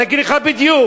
אני אגיד לך בדיוק,